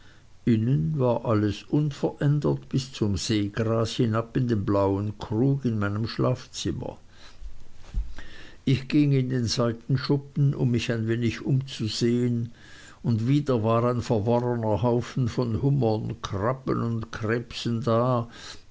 innen war alles unverändert bis zum seegras hinab in dem blauen krug in meinem schlafzimmer ich ging in den seitenschuppen um mich ein wenig umzusehen und wieder war ein verworrener haufen von hummern krabben und krebsen da